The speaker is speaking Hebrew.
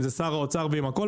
אם זה שר האוצר ואם אחר.